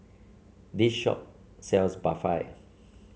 this shop sells Barfi